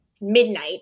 midnight